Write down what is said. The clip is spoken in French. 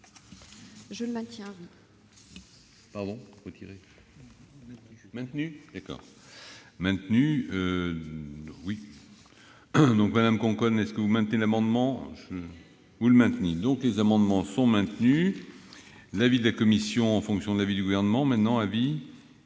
Je le maintiens,